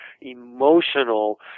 emotional